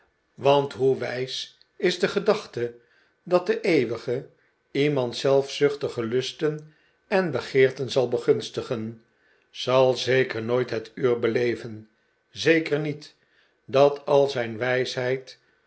want hoe wijs is de gedachte dat de eeuwige iemands zelfzuchtige lusten en begeerten zal begunstigen zal zeker nooit het uur beleven zeker niet dat al zijn wijsheid